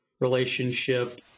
relationship